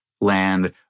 land